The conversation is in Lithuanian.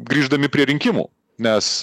grįždami prie rinkimų nes